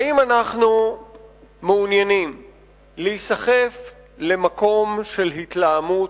האם אנחנו מעוניינים להיסחף למקום של התלהמות.